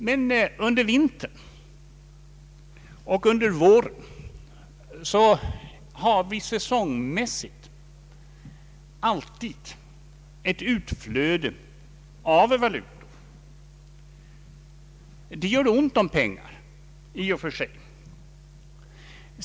Men under vintern och våren har vi säsongmässigt alltid ett utflöde av valutor. Det skapar brist på pengar i och för sig.